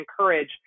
encourage